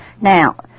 Now